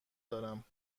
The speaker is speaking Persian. دارم